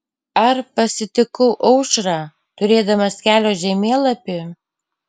ar pasitikau aušrą turėdamas kelio žemėlapį